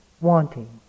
wanting